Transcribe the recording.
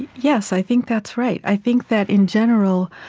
yes, i think that's right. i think that in general,